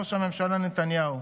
ראש הממשלה נתניהו.